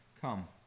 Come